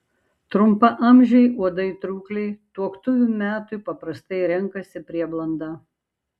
trumpaamžiai uodai trūkliai tuoktuvių metui paprastai renkasi prieblandą